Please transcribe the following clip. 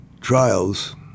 trials